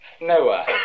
Noah